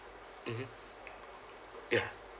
mmhmm ya